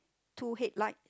two headlight